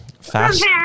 Fast